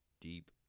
deep